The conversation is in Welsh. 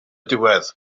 diwedd